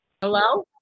Hello